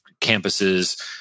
campuses